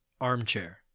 Armchair